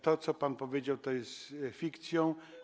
To, co pan powiedział, to jest fikcja.